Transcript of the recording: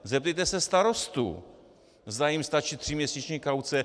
Zeptejte se starostů, zda jim stačí tříměsíční kauce.